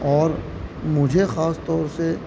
اور مجھے خاص طور سے